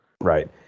Right